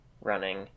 running